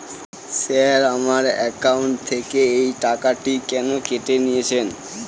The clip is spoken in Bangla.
স্যার আমার একাউন্ট থেকে এই টাকাটি কেন কেটে নিয়েছেন?